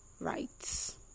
rights